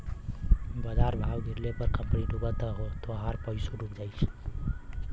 बाजार भाव गिरले पर कंपनी डूबल त तोहार पइसवो डूब जाई